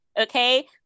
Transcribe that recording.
Okay